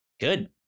Good